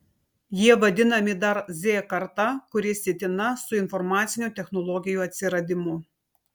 jie vadinami dar z karta kuri sietina su informacinių technologijų atsiradimu